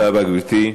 תודה רבה, גברתי.